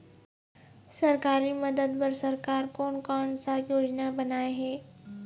सरकारी मदद बर सरकार कोन कौन सा योजना बनाए हे?